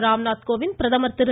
ராம்நாத் கோவிந்த் பிரதமா் திரு